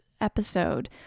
episode